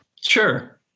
Sure